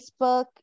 facebook